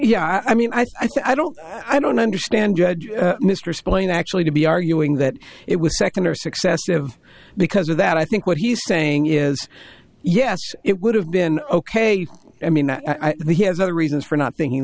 yeah i mean i think i don't i don't understand judge mr splaying actually to be arguing that it was second or successive because of that i think what he's saying is yes it would have been ok i mean he has other reasons for not thinking